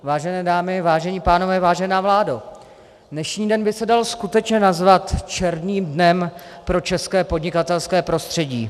Vážené dámy, vážení pánové, vážená vládo, dnešní den by se dal skutečně nazvat černým dnem pro české podnikatelské prostředí.